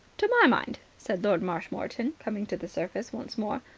to my mind, said lord marshmoreton, coming to the surface once more,